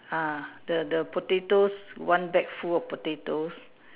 uh the the potatoes one bag full of potatoes